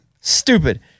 Stupid